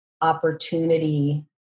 opportunity